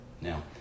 Now